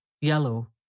yellow